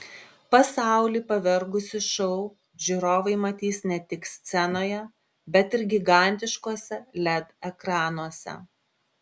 pasaulį pavergusį šou žiūrovai matys ne tik scenoje bet ir gigantiškuose led ekranuose